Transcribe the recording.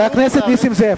חבר הכנסת נסים זאב,